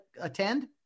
attend